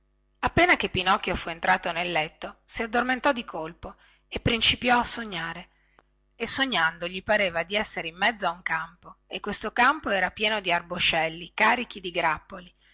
appena che pinocchio fu entrato nel letto si addormentò a colpo e principiò a sognare e sognando gli pareva di essere in mezzo a un campo e questo campo era pieno di arboscelli carichi di grappoli